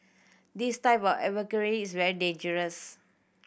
this type of advocacy is very dangerous